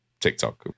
TikTok